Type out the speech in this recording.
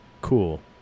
cool